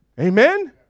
Amen